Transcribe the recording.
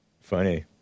Funny